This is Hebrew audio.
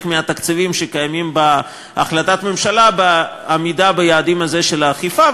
מהתקציבים שקיימים בהחלטת הממשלה בעמידה ביעדים האלה של האכיפה,